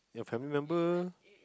your family member